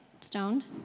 stoned